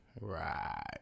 Right